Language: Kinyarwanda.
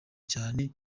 cyane